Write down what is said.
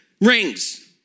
rings